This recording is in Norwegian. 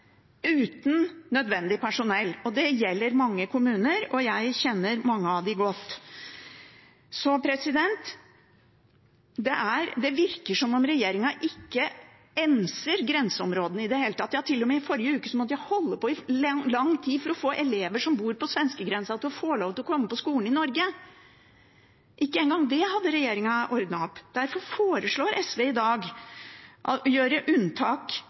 Det gjelder mange kommuner, og jeg kjenner mange av dem godt. Det virker som om regjeringen ikke enser grenseområdene i det hele tatt. Til og med i forrige uke måtte jeg holde på i lang tid for å få til at elever som bor på svenskegrensa, skal få lov til å komme på skolen i Norge. Ikke engang det hadde regjeringen ordnet opp i. Derfor foreslår SV i dag å gjøre unntak